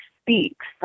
speaks